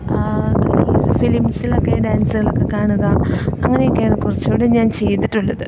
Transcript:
ഫിലിംസിലൊക്കെ ഡാൻസുകളൊക്കെ കാണുക അങ്ങനെയൊക്കെയാണ് കുറച്ചുകൂടെ ഞാൻ ചെയ്തിട്ടുള്ളത്